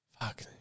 Fuck